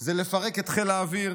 זה לפרק את חיל האוויר